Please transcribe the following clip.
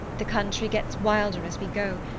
the country gets wilder as we go,